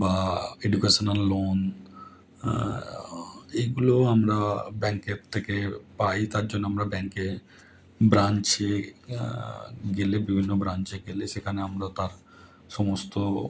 বা educational loan এগুলোও আমরা ব্যাঙ্কের থেকে পাই তার জন্য আমরা ব্যাঙ্কে ব্রাঞ্চে গেলে বিভিন্ন ব্রাঞ্চে গেলে সেখানে আমরা তার সমস্ত ও